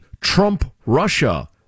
Trump-Russia